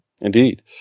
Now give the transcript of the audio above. indeed